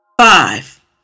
Five